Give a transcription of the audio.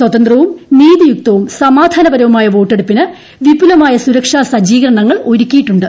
സ്വതന്ത്രവും നീതിയുക്തവും സമാധാനപരവുമായ വോട്ടെടുപ്പിന് വിപുലമായ സുരക്ഷാ സജ്ജീകരണങ്ങൾ ഒരുക്കിയിട്ടുണ്ട്